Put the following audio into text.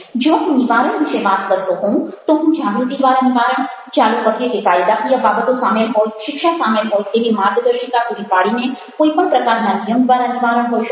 જો હું નિવારણ વિશે વાત કરતો હોઉં તો હું જાગૃતિ દ્વારા નિવારણ ચાલો કહીએ કે કાયદાકીય બાબતો સામેલ હોય શિક્ષા સામેલ હોય તેવી માર્ગદર્શિકા પૂરી પાડીને કોઈ પણ પ્રકારના નિયમ દ્વારા નિવારણ હોઈ શકે